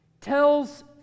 tells